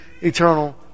eternal